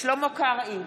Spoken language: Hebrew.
שלמה קרעי,